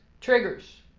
triggers